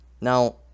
Now